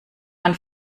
man